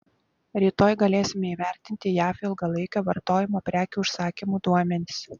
rytoj galėsime įvertinti jav ilgalaikio vartojimo prekių užsakymų duomenis